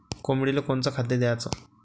कोंबडीले कोनच खाद्य द्याच?